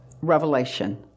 revelation